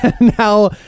now